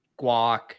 guac